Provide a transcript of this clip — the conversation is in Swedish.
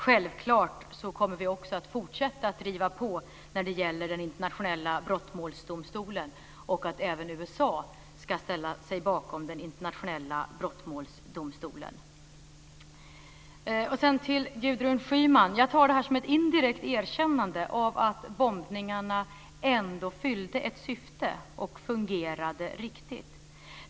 Självfallet kommer vi också att fortsätta att driva att USA ska ställa sig bakom den internationella brottmålsdomstolen. Till Gudrun Schyman vill jag säga att jag tar det som ett indirekt erkännande av att bombningarna ändå fyllde ett syfte och fungerade på ett riktigt sätt.